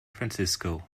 francisco